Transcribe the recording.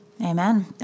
Amen